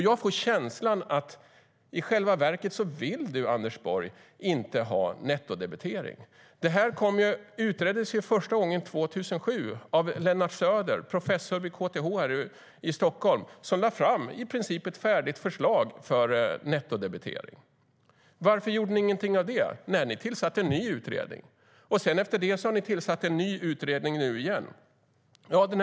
Jag får känslan av att du, Anders Borg, i själva verket inte vill ha nettodebitering. Detta utreddes som sagt första gången 2007 av professor Lennart Söder på KTH i Stockholm. Han lade fram ett i princip färdigt förslag för nettodebitering. Varför gjorde ni inget av det? Nej, ni tillsatte en ny utredning. Efter det tillsatte ni ytterligare en ny utredning.